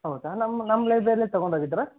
ಹೌದಾ ನಮ್ಮ ನಮ್ಮ ಲೈಬ್ರೆರಿಲಿ ತಗೊಂಡು ಹೋಗಿದ್ದರಾ